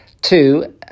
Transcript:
Two